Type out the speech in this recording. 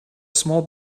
small